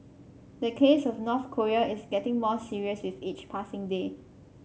the case of North Korea is getting more serious with each passing day